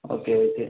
okay okay